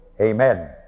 Amen